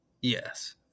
Yes